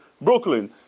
Brooklyn